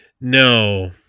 No